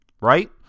Right